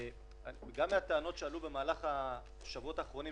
גם מהטענות שעלו במהלך השבועות האחרונים,